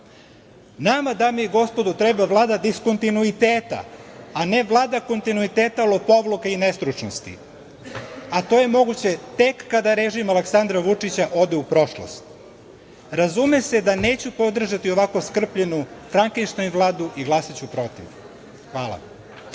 dame i gospodo, treba Vlada diskontinuiteta, a ne Vlada kontinuiteta, lopovluka i nestručnosti, a to je moguće tek kada režim Aleksandra Vučića ode u prošlost. Razume se da neću podržati ovako skrpljenu Frankeštajn vladu i glasaću protiv. Hvala.